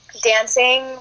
dancing